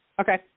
Okay